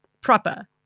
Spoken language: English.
proper